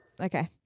Okay